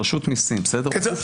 בסדר?